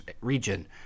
region